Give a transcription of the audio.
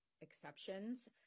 exceptions